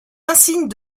insignes